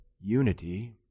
unity